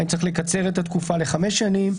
האם צריך לקצר את התקופה לחמש שנים,